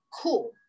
cool